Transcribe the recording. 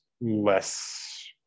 less